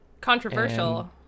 controversial